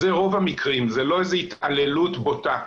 זה רוב המקרים, זה לא איזה התעללות בוטה,